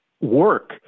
work